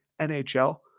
NHL